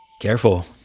Careful